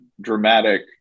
dramatic